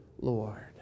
Lord